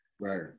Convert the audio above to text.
Right